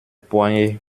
poignets